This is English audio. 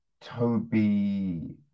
Toby